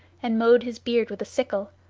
and mowed his beard with a sickle,